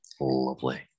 Lovely